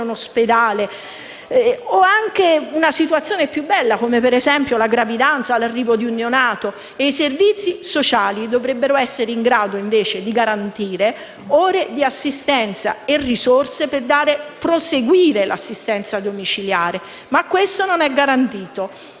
o anche una situazione più bella, come una nuova gravidanza e l'arrivo di un neonato) e i servizi sociali dovrebbero essere in grado di garantire ore di assistenza e risorse per proseguire l'assistenza domiciliare. Questo non è però garantito.